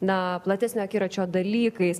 na platesnio akiračio dalykais